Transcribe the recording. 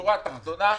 שורה תחתונה,